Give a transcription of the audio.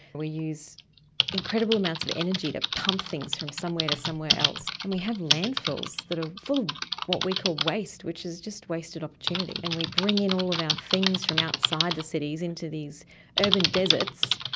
we use incredible amounts of energy to pump things from somewhere to somewhere else. and we have landfills that are full of what we call waste, which is just wasted opportunity. and we bring in all of our things from outside the cities into these urban deserts,